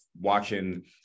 watching